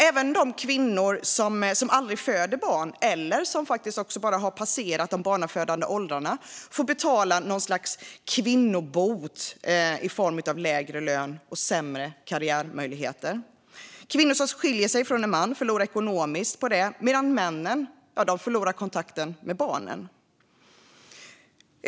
Även de kvinnor som aldrig föder barn eller har passerat de barnafödande åldrarna får betala något slags kvinnobot i form av lägre lön och sämre karriärmöjligheter. En kvinna som skiljer sig från en man förlorar ekonomiskt på det, medan mannen förlorar kontakten med barnen.